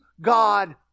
God